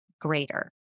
greater